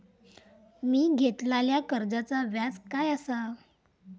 मी घेतलाल्या कर्जाचा व्याज काय आसा?